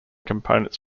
components